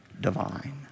divine